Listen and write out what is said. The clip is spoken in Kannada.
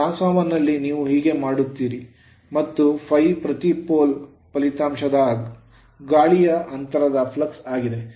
ಟ್ರಾನ್ಸ್ ಫಾರ್ಮರ್ ನಲ್ಲಿ ನೀವು ಹೀಗೆ ಮಾಡುತ್ತೀರಿ ಮತ್ತು ∅r ಪ್ರತಿ pole ಕಂಬಕ್ಕೆ ಫಲಿತಾಂಶದ ಗಾಳಿಯ ಅಂತರದ ಫ್ಲಕ್ಸ್ ಆಗಿದೆ